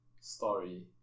Story